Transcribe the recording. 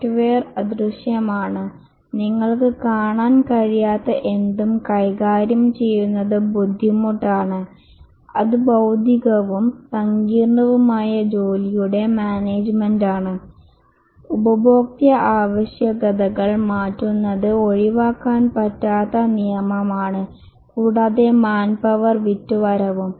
software അദൃശ്യമാണ് നിങ്ങൾക്ക് കാണാൻ കഴിയാത്ത എന്തും കൈകാര്യം ചെയ്യുന്നത് ബുദ്ധിമുട്ടാണ് അത് ബൌദ്ധികവും സങ്കീർണ്ണവുമായ ജോലിയുടെ മാനേജ്മെന്റാണ് ഉപഭോക്തൃ ആവശ്യകതകൾ മാറ്റുന്നത് ഒഴിവാക്കാൻ പറ്റാത്ത നിയമമാണ് കൂടാതെ മാൻപവർ വിറ്റുവരവും